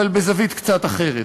אבל בזווית קצת אחרת,